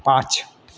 पाँच